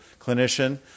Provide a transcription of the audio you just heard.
clinician